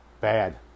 bad